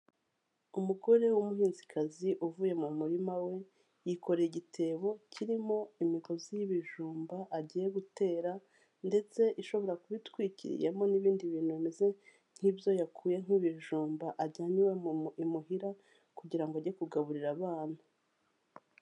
Umugore w'umuhinzikazi uvuye mu murima we, yikorera igitebo cyirimo imigozi y'ibijumba agiye gutera, ndetse ishobora kuba itwikiriyemo n'ibindi bintu bimeze nk'ibyo yakuye nk'ibijumba ajyanye iwe imuhira, kugira ngo ajye kugaburira abana.